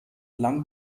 lang